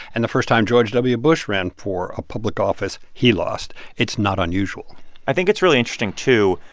and the first time george w. bush ran for public office, he lost. it's not unusual i think it's really interesting, too.